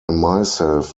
myself